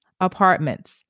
apartments